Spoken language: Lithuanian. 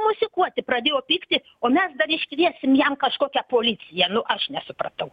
mosikuoti pradėjo pykti o mes dar iškviesim jam kažkokią policiją nu aš nesupratau